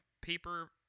paper